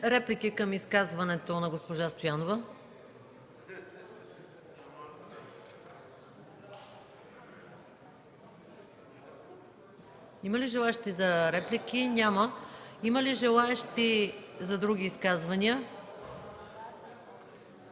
реплики към изказването на госпожа Атанасова? Няма желаещи за реплики. Има ли желаещи за други изказвания?